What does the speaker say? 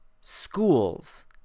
schools